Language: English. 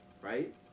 Right